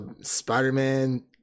Spider-Man